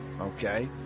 okay